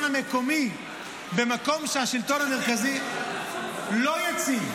המקומי במקום שהשלטון המרכזי לא יציב.